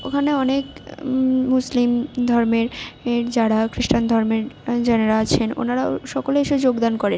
ওখানে অনেক মুসলিম ধর্মের এর যারা খ্রিস্টান ধর্মের যানারা আছেন ওনারাও সকলে এসে যোগদান করেন